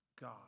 God